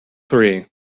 three